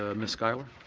ah ms. schuyler